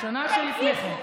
בשנה שלפני כן.